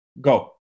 Go